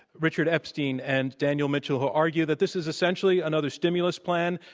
richard epstein and daniel mitchell who argue that this is essentially another stimulus plan,